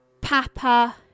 Papa